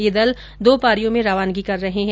ये दल दो पारियों में रवानगी कर रहे है